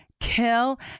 Kill